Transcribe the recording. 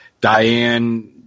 Diane